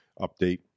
update